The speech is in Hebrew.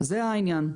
זה העניין.